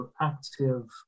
active